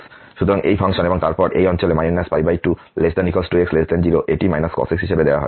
সুতরাং এই ফাংশন এবং তারপর এই অঞ্চলে 2≤x 0 এটি cos x হিসাবে দেওয়া হয়